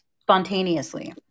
spontaneously